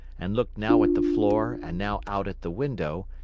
and looked now at the floor and now out at the window,